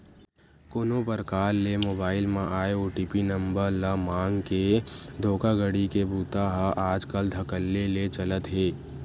कोनो परकार ले मोबईल म आए ओ.टी.पी नंबर ल मांगके धोखाघड़ी के बूता ह आजकल धकल्ले ले चलत हे